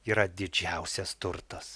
yra didžiausias turtas